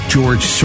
George